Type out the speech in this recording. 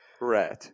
Red